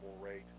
rate